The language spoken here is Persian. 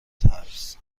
ترس